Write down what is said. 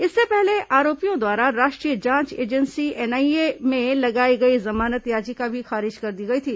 इससे पहले आरोपियों द्वारा राष्ट्रीय जांच एजेंसी एनआईए में लगाई गई जमानत याचिका भी खारिज कर दी गई थी